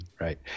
Right